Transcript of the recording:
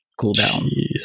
cooldown